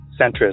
centrist